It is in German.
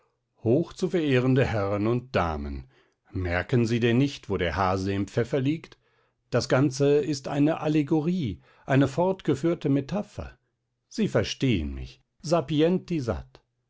hochzuverehrende herren und damen merken sie denn nicht wo der hase im pfeffer liegt das ganze ist eine allegorie eine fortgeführte metapher sie verstehen mich sapienti